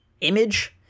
image